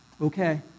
Okay